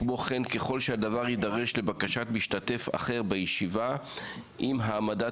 כמו כן ככל שהדבר יידרש לבקשת משתתף אחר בישיבה אם העמדת